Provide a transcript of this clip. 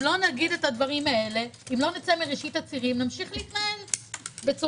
אם לא נאמר את הדברים האלה, נמשיך להתנהל כך.